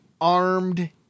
armed